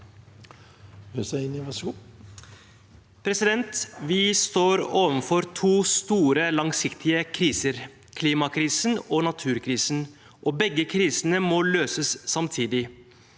Vi står overfor to sto- re, langsiktige kriser, klimakrisen og naturkrisen, og begge krisene må løses samtidig.